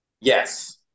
Yes